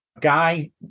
guy